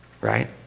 right